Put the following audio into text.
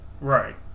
Right